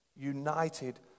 united